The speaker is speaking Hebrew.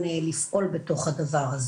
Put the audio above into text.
אז ידעתי על "המס הוורוד",